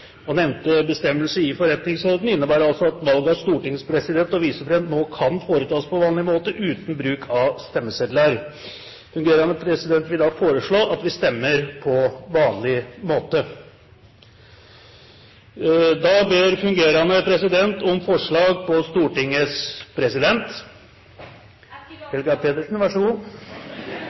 og annet punktum.» Nevnte bestemmelse i forretningsordenen innebærer altså at valg av Stortingets president og visepresident nå kan foretas på vanlig måte, uten bruk av stemmesedler. Fungerende president vil da foreslå at vi stemmer på vanlig måte. – Det anses vedtatt. Fungerende president ber om forslag på Stortingets president.